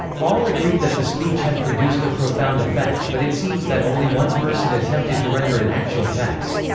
all agreed that the speech had produced a profound effect, but it seems that only one person attempted to render an actual text.